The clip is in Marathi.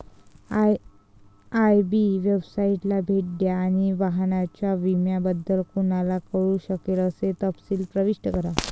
आय.आय.बी वेबसाइटला भेट द्या आणि वाहनाच्या विम्याबद्दल कोणाला कळू शकेल असे तपशील प्रविष्ट करा